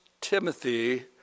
Timothy